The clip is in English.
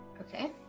Okay